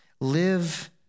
Live